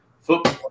football